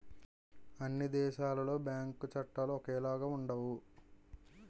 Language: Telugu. అన్ని దేశాలలో బ్యాంకు చట్టాలు ఒకేలాగా ఉండవు